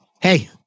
Hey